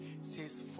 says